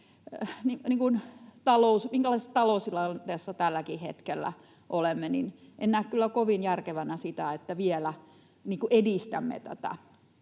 minkälaisessa taloustilanteessa tälläkin hetkellä olemme, joten en näe kyllä kovin järkevänä sitä, että vielä edistämme